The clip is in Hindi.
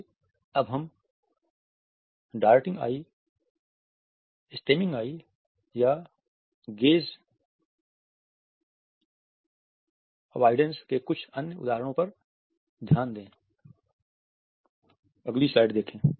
आइए अब हम डार्टिंग आईं या गेज़ अवोइड़ेन्स के कुछ अन्य उदाहरणों पर ध्यान दें